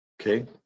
okay